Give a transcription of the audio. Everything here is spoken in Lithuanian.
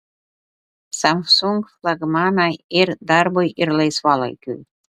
samsung flagmanai ir darbui ir laisvalaikiui